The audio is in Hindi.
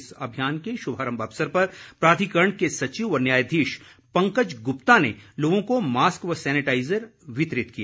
इस अभियान के शुभारम्भ अवसर पर प्राधिकरण के सचिव व न्यायाधीश पंकज गुप्ता ने लोगों को मास्क व सैनिटाइज़र वितरित किए